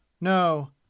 No